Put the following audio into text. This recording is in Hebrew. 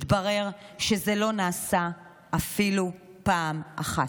התברר שזה לא נעשה אפילו פעם אחת.